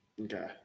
Okay